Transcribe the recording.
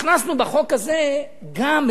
הכנסנו בחוק הזה גם,